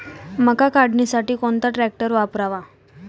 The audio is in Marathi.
मका काढणीसाठी कोणता ट्रॅक्टर वापरावा?